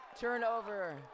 Turnover